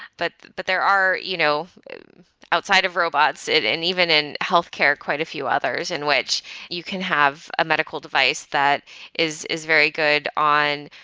but but there are you know outside of robot and even in healthcare, quite a few others in which you can have a medical device that is is very good on,